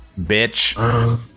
Bitch